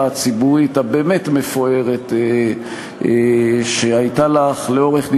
הציבורית הבאמת-מפוארת שהייתה לך לאורך,